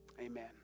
amen